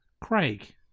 Craig